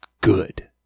good